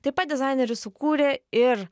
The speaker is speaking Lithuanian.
taip pat dizaineris sukūrė ir